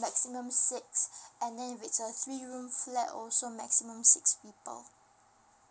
maximum six and then if it's a three room flat also maximum six people